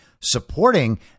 supporting